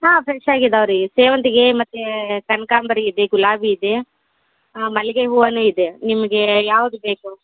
ಹಾಂ ಫ್ರೆಷಾಗಿದವೆ ರೀ ಸೇವಂತಿಗೆ ಮತ್ತು ಕನ್ಕಾಂಬರ ಇದೆ ಗುಲಾಬಿ ಇದೆ ಮಲ್ಲಿಗೆ ಹೂವನೂ ಇದೆ ನಿಮಗೆ ಯಾವ್ದು ಬೇಕು